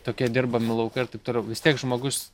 tokie dirbami laukai ir taip toliau vis tiek žmogus